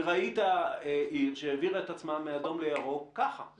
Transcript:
וראית עיר שהעבירה את עצמה מאדום לירוק ככה מהר.